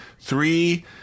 three